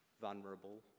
vulnerable